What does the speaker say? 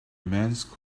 immense